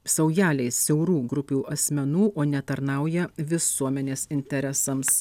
saujelei siaurų grupių asmenų o ne tarnauja visuomenės interesams